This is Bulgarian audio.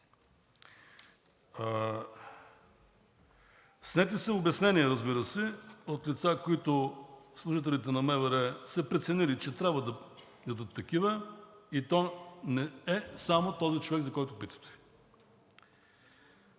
Снети са обяснения, разбира се, от лица, които служителите на МВР са преценили, че трябва да дадат такива, и то не е само този човек, за когото питате.